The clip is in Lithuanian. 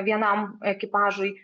vienam ekipažui